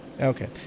Okay